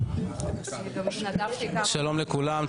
שלום לכולם,